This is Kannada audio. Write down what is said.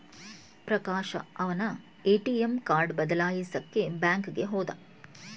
ಪ್ರಕಾಶ ಅವನ್ನ ಎ.ಟಿ.ಎಂ ಕಾರ್ಡ್ ಬದಲಾಯಿಸಕ್ಕೇ ಬ್ಯಾಂಕಿಗೆ ಹೋದ